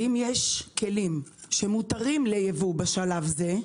האם יש כלים שמותרים ליבוא בשלב זה,